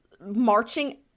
marching